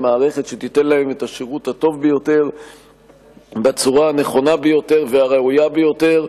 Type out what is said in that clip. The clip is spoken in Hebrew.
שתיתן להם את השירות הטוב ביותר בצורה הנכונה ביותר והראויה ביותר.